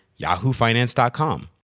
yahoofinance.com